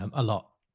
um a lot.